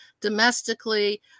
domestically